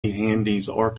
orchestra